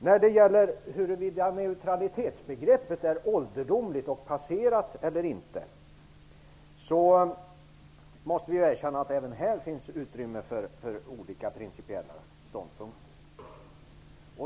När det gäller frågan om huruvida neutralitetsbegreppet är ålderdomligt och passé eller inte, måste vi erkänna att det även här finns utrymme för olika principiella ståndpunkter.